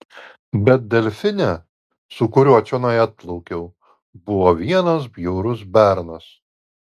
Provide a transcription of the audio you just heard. bet delfine su kuriuo čionai atplaukiau buvo vienas bjaurus bernas